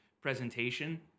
presentation